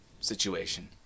situation